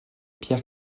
pierre